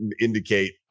indicate